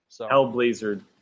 Hellblazer